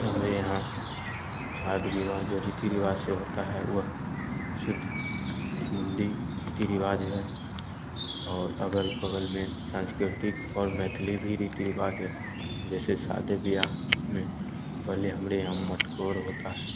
हमारे यहाँ शादी विवाह जो रीति रिवाज से होता है वह शुद्ध हिंदी रीति रिवाज है और अगल बगल में सांस्कृतिक और मैथली भी रीति रिवाज है जैसे शादी ब्याह में पहले हमारे यहाँ मटकोर होता है